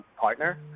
partner